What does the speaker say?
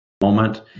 moment